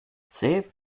zäh